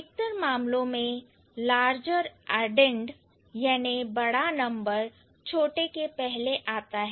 अधिकतर मामलों में larger addend याने बड़ा नंबर छोटे के पहले आता है